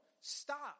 stop